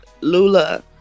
Lula